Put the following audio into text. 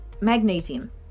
magnesium